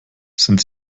sind